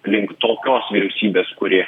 link tokios vyriausybės kuri